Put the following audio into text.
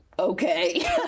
Okay